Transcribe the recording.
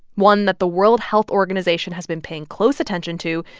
one that the world health organization has been paying close attention to,